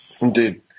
Indeed